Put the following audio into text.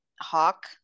Hawk